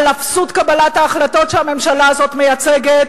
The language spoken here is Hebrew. על אפסות קבלת ההחלטות שהממשלה הזאת מייצגת.